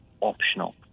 optional